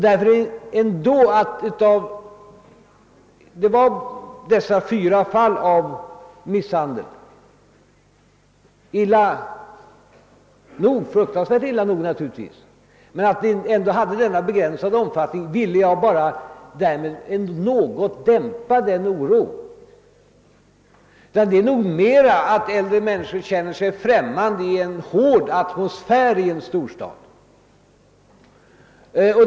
Det var illa nog med dessa fyra fall av misshandel, men jag ville tala om att det rörde sig om denna begränsade omfattning för att därmed något dämpa oron. Det är nog mera så att äldre människor känner sig främmande i storstadens hårda atmosfär.